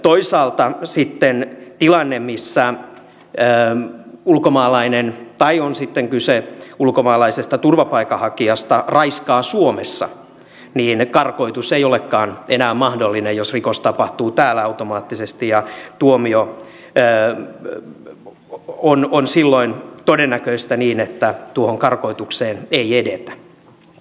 toisaalta sitten tilanteessa missä ulkomaalainen tai on sitten kyse ulkomaalaisesta turvapaikanhakijasta raiskaa suomessa karkotus ei olekaan enää automaattisesti mahdollinen jos rikos tapahtuu täällä ja tuomio on silloin todennäköistä niin että tuohon karkotukseen ei edetä